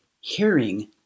hearing